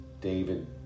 David